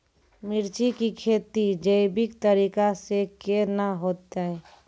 मिर्ची की खेती जैविक तरीका से के ना होते?